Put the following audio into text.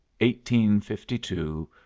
1852